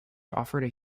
offered